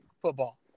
football